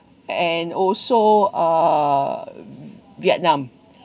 and also uh vietnam